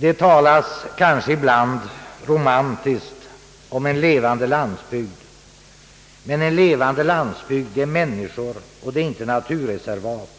Det talas, kanske ibland romantiskt, om en »levande landsbygd». En levande landsbygd är människor — inte naturreservat.